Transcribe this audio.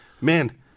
man